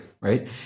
right